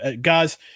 guys